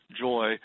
joy